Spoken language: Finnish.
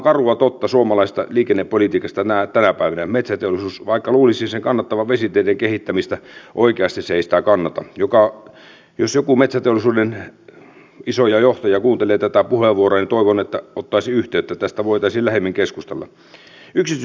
myönnän vielä puheenvuoron edustaja myllykoskelle ja sitten mikäli hallituksen jäsenistä joku haluaa käyttää puheenvuoron myöskin hänelle ja jos aivan välttämätöntä niin ehkä sitten vielä yhden puheenvuoron mutta pitempään ei sitten menemme varsinaiseen listaan